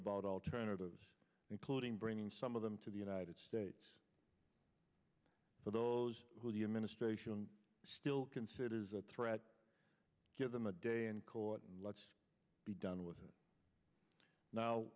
about alternatives including bringing some of them to the united states so those who do you ministration still considers a threat give them a day in court and let's be done with it now